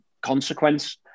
consequence